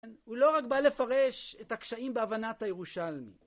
הוא לא רק בא לפרש את הקשיים בהבנת הירושלמי